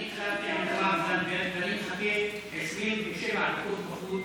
אני התחלפתי עם תמר זנדברג ואני מחכה 27 דקות בחוץ.